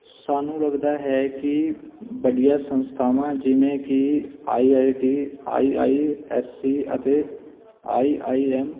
ਸਾਨੂੰ ਲੱਗਦਾ ਹੈ ਕਿ ਵੱਡੀਆਂ ਸੰਸਥਾਵਾਂ ਜਿਵੇਂ ਕਿ I I T I I S C ਅਤੇ ਆਈ ਆਈ ਐੱਮ